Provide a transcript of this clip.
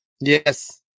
Yes